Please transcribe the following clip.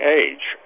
age